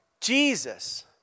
Jesus